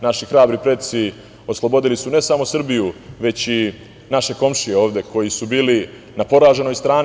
Naši hrabri preci oslobodili su ne samo Srbiju, već i naše komšije ovde koji su bili na poraženoj strani.